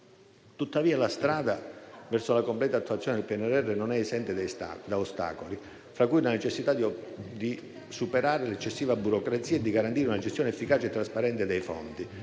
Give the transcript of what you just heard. Tuttavia, la strada verso la completa attuazione del PNRR non è esente da ostacoli, fra cui la necessità di superare l'eccessiva burocrazia e di garantire una gestione efficace e trasparente dei fondi